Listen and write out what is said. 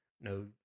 no